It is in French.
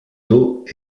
dos